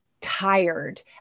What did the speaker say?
tired